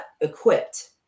equipped